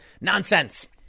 nonsense